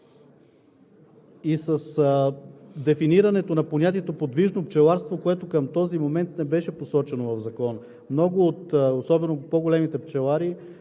и с дефинирането на понятието „подвижно пчеларство“, което към този момент не беше посочено в Закона. Много, особено от по-големите, пчелари